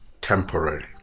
temporary